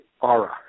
aura